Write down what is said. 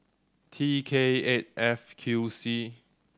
T K eight F Q C